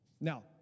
Now